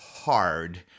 Hard